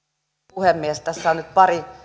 puhemies tässä on nyt pari